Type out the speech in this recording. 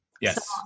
Yes